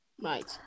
Right